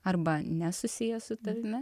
arba nesusiję su tavimi